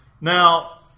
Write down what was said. Now